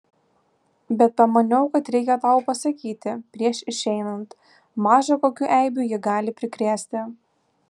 bet pamaniau kad reikia tau pasakyti prieš išeinant maža kokių eibių ji gali prikrėsti